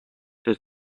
does